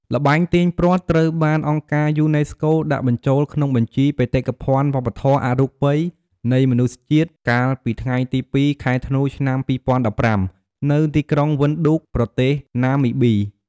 ល្បែងទាញព្រ័ត្រ ត្រូវបានអង្គការយូណេស្កូ ដាក់បញ្ចូលក្នុងបញ្ជី បេតិកភណ្ឌវប្បធម៌អរូបីនៃមនុស្សជាតិ កាលពី ថ្ងៃទី២ ខែធ្នូ ឆ្នាំ២០១៥ នៅទីក្រុងវិនឌូក ប្រទេសណាមីប៊ី។